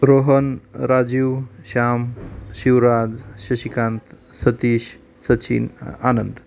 Rohan Rajeev Shyam Shivraj Shashikant Satish Sachin Anand